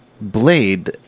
blade